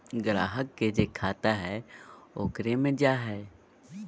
ग्राहक के जे खाता हइ ओकरे मे जा हइ